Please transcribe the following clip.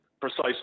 precisely